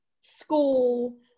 school